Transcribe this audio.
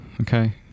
okay